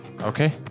Okay